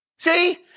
See